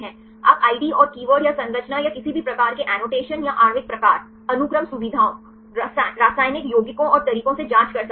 आप आईडी और कीवर्ड या संरचना या किसी भी प्रकार के एनोटेशन या आणविक प्रकार अनुक्रम सुविधाओं रासायनिक यौगिकों और तरीकों से जांच कर सकते हैं